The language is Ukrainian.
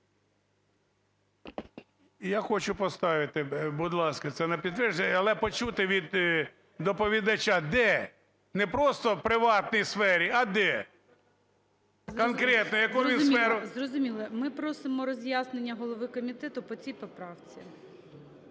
Я хочу поставити, будь ласка, це на підтвердження. Але почути від доповідача, де не просто в приватній сфері, а де конкретно, яку він сферу… ГОЛОВУЮЧИЙ. Зрозуміло, зрозуміло. Ми просимо роз'яснення голови комітету по цій поправці.